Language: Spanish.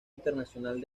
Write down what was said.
internacional